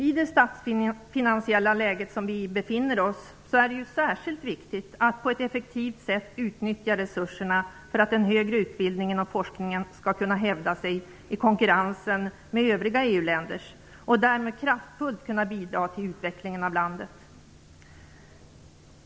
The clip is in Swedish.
I det statsfinansiella läge som vi befinner oss är det särskilt viktigt att på ett effektivt sätt utnyttja resurserna för att den högre utbildningen och forskningen skall kunna hävda sig i konkurrensen med övriga EU-länders och därmed kraftfullt kunna bidra till utvecklingen av landet.